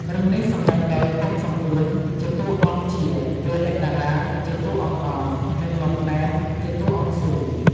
រឿងនេះ សម្ដែងដោយ គង់ សំអឿន ជាតួអង្គជា, វីរៈ តារា ជាតួអង្គអន, និង ណុប ណែម ជាតួអង្គស៊ូ។